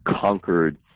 conquered